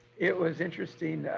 it was interesting,